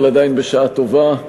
אבל עדיין בשעה טובה,